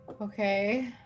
Okay